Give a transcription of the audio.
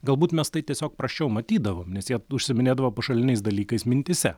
galbūt mes tai tiesiog prasčiau matydavom nes jie užsiiminėdavo pašaliniais dalykais mintyse